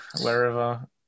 Wherever